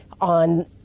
on